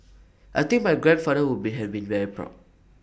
I think my grandfather would be have been very proud